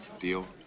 Deal